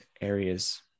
areas